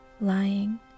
lying